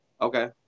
Okay